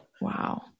wow